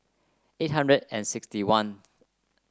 eight hundred and sixty one